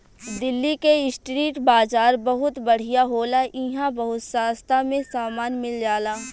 दिल्ली के स्ट्रीट बाजार बहुत बढ़िया होला इहां बहुत सास्ता में सामान मिल जाला